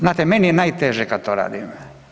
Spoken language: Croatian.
Znate meni je najteže kad to radim.